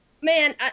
Man